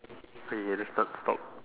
okay let's not stop